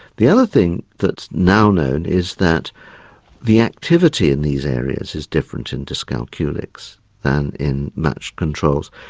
the other thing that's now known is that the activity in these areas is different in dyscalculics than in matched controls.